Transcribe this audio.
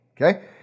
okay